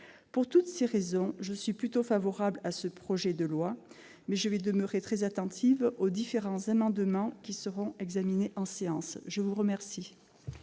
Pour toutes ces raisons, je suis plutôt favorable à ce projet de loi, mais je serai très attentive aux différents amendements qui seront examinés en séance publique.